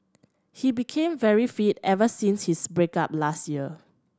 he became very fit ever since his break up last year